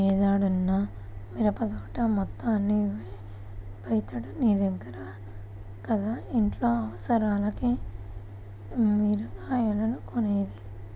యీ ఏడన్నా మిరపదోట యేత్తన్నవా, ప్రతేడూ నీ దగ్గర కదా ఇంట్లో అవసరాలకి మిరగాయలు కొనేది